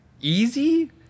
easy